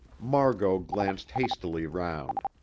margot glanced hastily round.